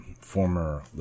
former